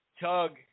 Tug